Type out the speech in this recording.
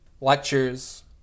Lectures